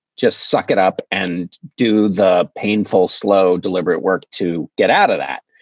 just suck it up and do the painful, slow, deliberate work to get out of that.